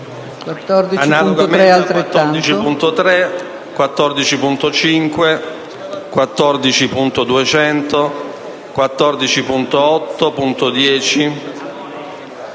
14.3, 14.5, 14.200, 14.8,